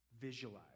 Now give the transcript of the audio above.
visualize